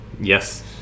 yes